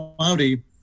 cloudy